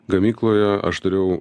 gamykloje aš dariau